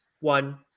one